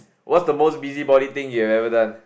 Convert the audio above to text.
what's the most busybody thing you have ever done